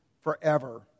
forever